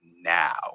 now